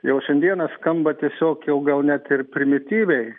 jau šiandieną skamba tiesiog jau gal net ir primityviai